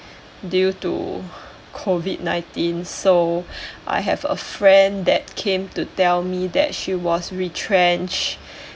due to COVID nineteen so I have a friend that came to tell me that she was retrenched